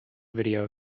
video